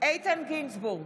איתן גינזבורג,